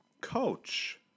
Coach